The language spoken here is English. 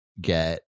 get